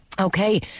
Okay